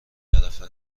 طرفه